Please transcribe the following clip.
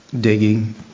digging